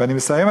ואני מסיים,